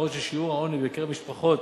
בעוד שיעור העוני בקרב משפחות